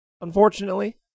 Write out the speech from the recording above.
unfortunately